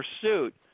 pursuit